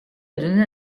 donner